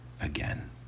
again